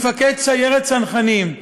מפקד סיירת צנחנים,